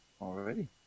Already